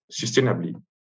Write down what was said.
sustainably